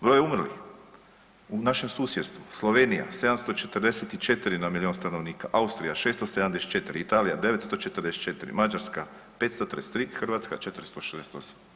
Broj umrlih, u našem susjedstvu Slovenija 744 na milion stanovnika, Austrija 674, Italija 944, Mađarska 533, Hrvatska 468.